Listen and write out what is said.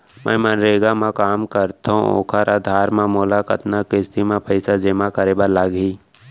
मैं मनरेगा म काम करथो, ओखर आधार म मोला कतना किस्ती म पइसा जेमा करे बर लागही?